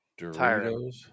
Doritos